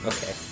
Okay